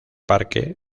parque